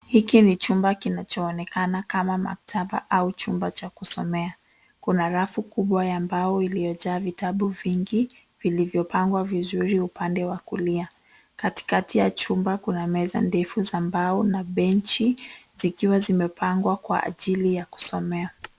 Hiki ni chumba kinachoonekana kama maktaba au chumba cha kusomea. Kuna rafu kubwa ya mbao iliyojaa vitabu vingi vilivyopangwa vizuri upande wa kulia. Katikati ya chumba kuna meza ndefu za mbao na benchi zikiwa zimepangwa kwa ajili ya kusomea.